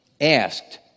Asked